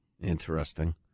Interesting